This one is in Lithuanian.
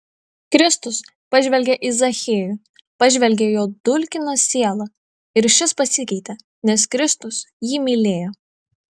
kristus pažvelgė į zachiejų pažvelgė į jo dulkiną sielą ir šis pasikeitė nes kristus jį mylėjo